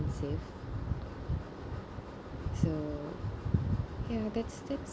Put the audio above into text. expensive so ya that's that's